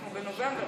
אנחנו בנובמבר,